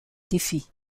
défis